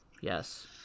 Yes